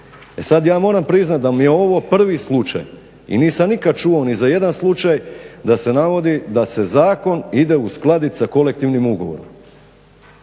E sad ja moram priznat da mi je ovo prvi slučaj i nisam nikad čuo ni za jedan slučaj da se navodi da se zakon ide uskladit sa kolektivnim ugovorom.